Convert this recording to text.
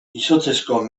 izotzezko